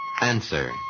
Answer